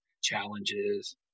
challenges